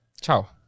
Ciao